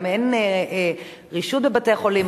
גם אין רישות בבתי-החולים.